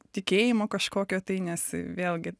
tikėjimo kažkokio tai nes vėlgi